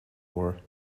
for